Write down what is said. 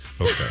Okay